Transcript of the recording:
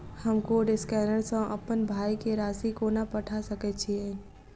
हम code scanner सँ अप्पन भाय केँ राशि कोना पठा सकैत छियैन?